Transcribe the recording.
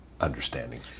Understanding